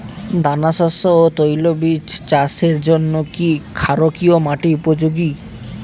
দানাশস্য ও তৈলবীজ চাষের জন্য কি ক্ষারকীয় মাটি উপযোগী?